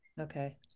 Okay